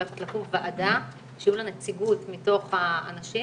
הולכת לקום ועדה שתהיה לה נציגות מתוך האנשים